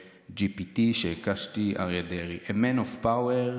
ב-ChatGPT כשהקשתי "אריה דרעי": A man of power,